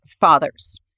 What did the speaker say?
fathers